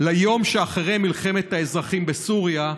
ליום שאחרי מלחמת האזרחים בסוריה,